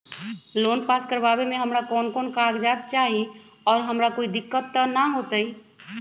Loan pass करवावे में हमरा कौन कौन कागजात चाही और हमरा कोई दिक्कत त ना होतई?